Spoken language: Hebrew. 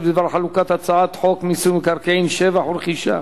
בדבר חלוקת הצעת חוק מיסוי מקרקעין (שבח ורכישה)